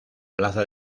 plaza